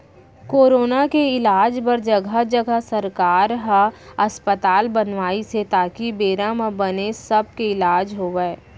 corona के इलाज बर जघा जघा सरकार ह अस्पताल बनवाइस हे ताकि बेरा म बने सब के इलाज होवय